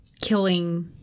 killing